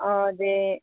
ते